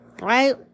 Right